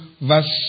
verse